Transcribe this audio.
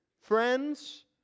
friends